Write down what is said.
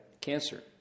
Cancer